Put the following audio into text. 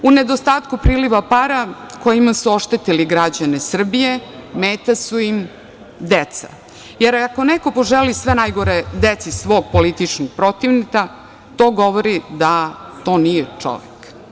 U nedostatku priliva para kojima su oštetili građane Srbije, mete su im deca, jer ako neko poželi sve najgore deci svog političkog protivnika, to govori da to nije čovek.